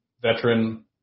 veteran